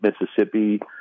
Mississippi